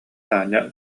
таня